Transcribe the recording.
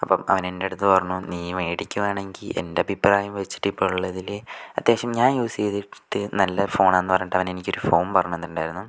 അപ്പം അവൻ എൻ്റടുത്ത് പറന്നു മേടിക്കുവാണെങ്കിൽ എൻ്റെ അഭിപ്രായം വെച്ചിട്ട് ഇപ്പോൾ ഉള്ളതില് അത്യാവശ്യം ഞാൻ യൂസെയ്തതില് നല്ല ഫോണാന്ന് പറഞ്ഞിട്ടാ അവനെനിക്കോരു ഫോൺ പറഞ്ഞുതന്നിട്ടുണ്ടായിരുന്ന്